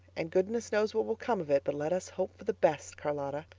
and goodness knows what will come of it, but let us hope for the best, charlotta.